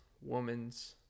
woman's